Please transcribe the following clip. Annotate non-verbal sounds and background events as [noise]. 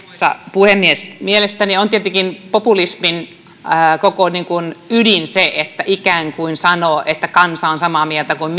puhemies mielestäni on tietenkin populismin koko ydin se että ikään kuin sanoo että kansa on samaa mieltä kuin [unintelligible]